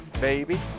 Baby